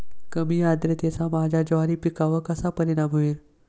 कमी आर्द्रतेचा माझ्या ज्वारी पिकावर कसा परिणाम होईल?